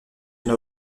une